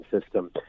system